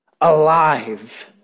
alive